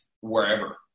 wherever